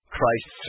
Christ